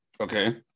okay